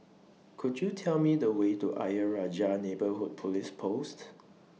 Could YOU Tell Me The Way to Ayer Rajah Neighbourhood Police Post